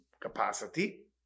capacity